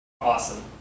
awesome